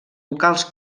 vocals